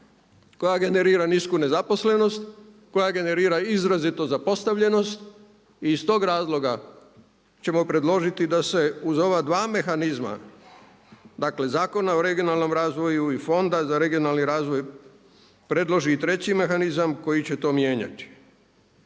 koja generira nisku nezaposlenost, koja generira izrazitu zapostavljenost i iz tog razloga ćemo predložiti i da se uz ova dva mehanizma dakle Zakona o regionalnom razvoju … fonda, za regionalni razvoj predloži i treći mehanizam koji će to mijenjati.